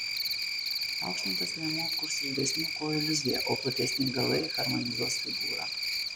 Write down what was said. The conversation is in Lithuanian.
paaukštintas liemuo kurs ilgesnių kojų iliuziją o platesni galai harmonizuos figūrą